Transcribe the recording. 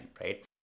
right